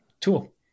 tool